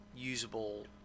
usable